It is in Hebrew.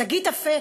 שגית אפיק,